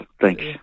Thanks